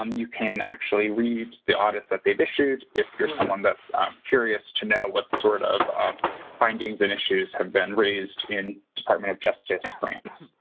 um you can actually read the audits that they've issued, if you're someone that's ah um curious to know what sort of of findings and issues have been raised in department of justice grants.